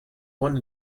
one